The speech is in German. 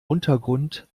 untergrund